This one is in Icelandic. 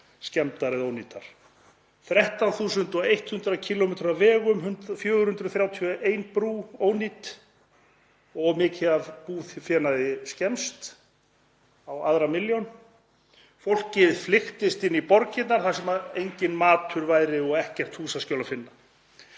skemmdar eða ónýtar, 13.100 km af vegum, 431 brú ónýt og mikið af búfénaði drepist, á aðra milljón. Fólkið flykktist inn í borgirnar þar sem enginn matur er og ekkert húsaskjól að finna.